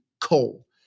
coal